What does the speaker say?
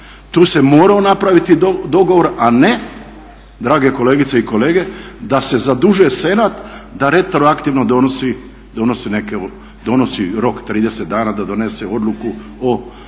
Tu se morao napraviti dogovor a ne drage kolegice i kolege da se zadužuje senat da retroaktivno donosi neku, donosi rok 30 dana da donese odluku o